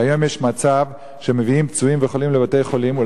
כי היום יש מצב שאמבולנסים מביאים פצועים וחולים לבתי-חולים,